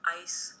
ice